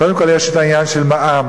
קודם כול, יש העניין של המע"מ.